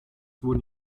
wurden